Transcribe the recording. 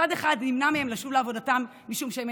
מצד אחד נמנע מהם לשוב לעבודתם משום שהם